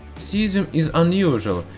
cesium is unusual,